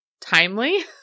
timely